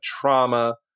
trauma